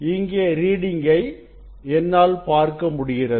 இங்கே ரீடிங் கை என்னால் பார்க்க முடிகிறது